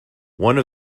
one